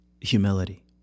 humility